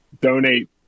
donate